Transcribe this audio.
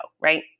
right